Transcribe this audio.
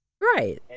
Right